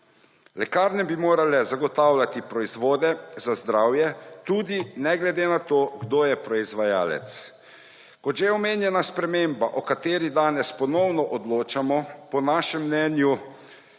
Lekarne bi morale zagotavljati proizvode za zdravje tudi ne glede na to, kdo je proizvajalec. Kot že omenjena sprememba, o kateri danes ponovno odločamo, po našem mnenju